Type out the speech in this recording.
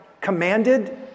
commanded